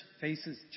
faces